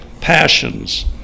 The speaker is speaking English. passions